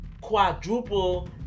quadruple